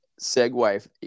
segue